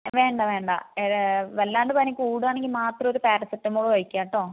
വേണ്ട വേണ്ട വല്ലാണ്ട് പനി കൂടുകയാണെങ്കിൽ മാത്രം ഒരു പാരസെറ്റമോൾ കഴിക്കാം കെട്ടോ